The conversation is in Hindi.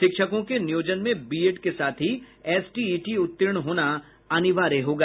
शिक्षकों के नियोजन में बीएड के साथ ही एसटीईटी उत्तीर्ण होना अनिवार्य होगा